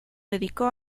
dedicó